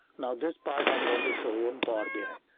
now this part i'm going to show you in power bi.